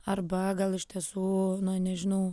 arba gal iš tiesų nežinau